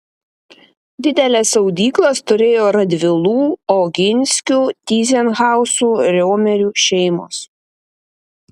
dideles audyklas turėjo radvilų oginskių tyzenhauzų riomerių šeimos